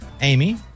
Amy